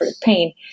pain